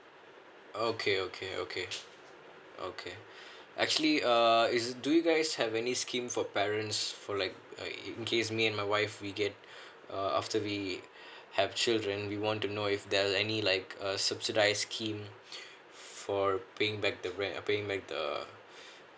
oh okay okay okay okay actually uh is do you guys have any scheme for parents for like uh in case me my wife we get uh after we have children we want to know if there's any like a subsidized scheme for paying back the rent paying back the uh